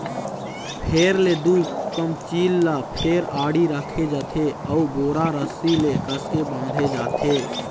फेर ले दू कमचील ल फेर आड़ी रखे जाथे अउ बोरा रस्सी ले कसके बांधे जाथे